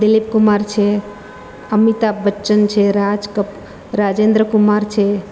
દિલીપ કુમાર છે અમિતાભ બચ્ચન છે રાજ કપ રાજેન્દ્ર કુમાર છે